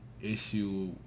issue